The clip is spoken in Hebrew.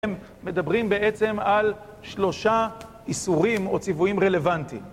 מדברים בעצם על שלושה איסורים או ציוויים רלוונטיים